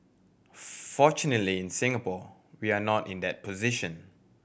fortunately in Singapore we are not in that position